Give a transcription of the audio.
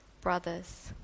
brothers